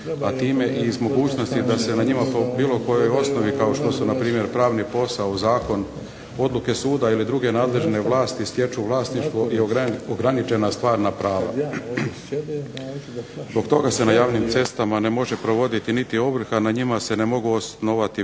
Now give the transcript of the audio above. a time i iz mogućnosti da se na njima po bilo kojoj osnovi kao što su na primjer pravni posao, zakon odluke suda ili druge nadležne vlasti stječu vlasništvo i ograničena stvarna prava. Zbog toga se na javnim cestama ne može provoditi niti ovrha, na njima se ne mogu osnovati prisilna